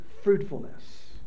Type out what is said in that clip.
fruitfulness